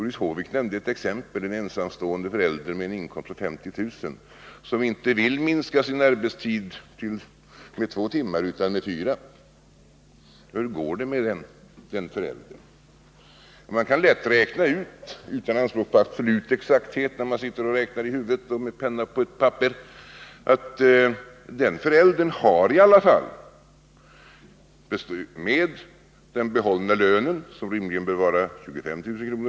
Doris Håvik nämnde ett exempel, en ensamstående förälder som har en inkomst av 50 000 kr. men som inte vill minska sin arbetstid med 2 timmar utan med 4 timmar om dagen. Hur går det för den föräldern? Man kan, om man inte har alltför stora anspråk på exakthet, med huvudräkning och med tillgång till penna och papper lätt räkna ut hur det slår. Den föräldern har i alla fall med den behållna lönen, 25 000 kr.